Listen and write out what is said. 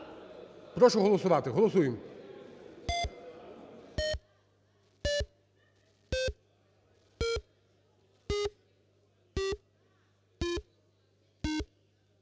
Прошу голосувати. Голосуємо.